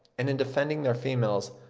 and in defending their females,